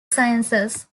sciences